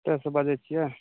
कतएसे बजै छिए